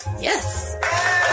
Yes